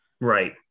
Right